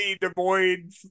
devoid